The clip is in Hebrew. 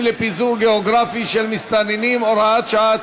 לפיזור גיאוגרפי של מסתננים (הוראת שעה),